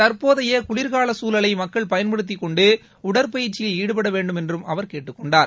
தற்போதைய குளிர்கால சூழலை மக்கள் பயன்படுத்திக்கொண்டு உடற்பயிற்சியில் ஈடுபட வேண்டும் என்றும் அவர் கேட்டுக் கொண்டார்